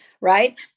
right